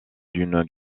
d’une